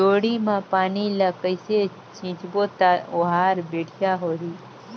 जोणी मा पानी ला कइसे सिंचबो ता ओहार बेडिया होही?